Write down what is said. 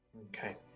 Okay